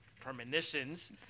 Premonitions